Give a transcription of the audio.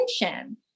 attention